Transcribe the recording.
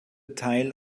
teil